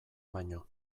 baino